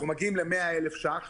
אנחנו מגיעים ל-100,000 שקלים,